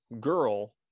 girl